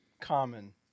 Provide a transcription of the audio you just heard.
common